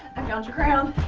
i found your crown.